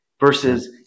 versus